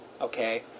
Okay